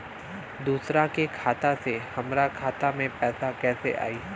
दूसरा के खाता से हमरा खाता में पैसा कैसे आई?